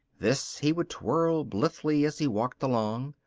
this he would twirl blithely as he walked along.